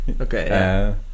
Okay